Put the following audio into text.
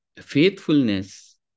faithfulness